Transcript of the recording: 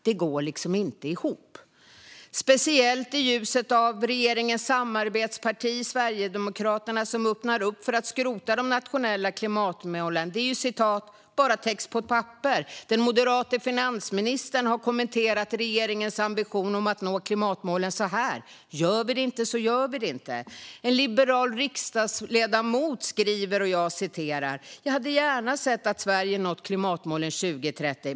Det går liksom inte ihop, speciellt inte i ljuset av att regeringens samarbetsparti Sverigedemokraterna öppnar för att skrota de nationella klimatmålen. Det är ju "bara text på ett papper". Den moderata finansministern har kommenterat regeringens ambition om att nå klimatmålen så här: "Gör vi det inte så gör vi det inte." En liberal riksdagsledamot skriver: Jag hade gärna sett att Sverige nått klimatmålen 2030.